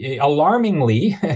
alarmingly